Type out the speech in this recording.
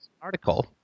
article